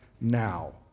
now